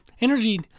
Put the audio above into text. energy